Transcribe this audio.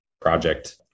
project